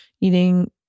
eating